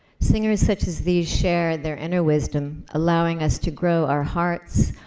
singers such as these share their inner wisdom, allowing us to grow our hearts,